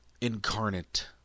incarnate